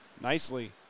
nicely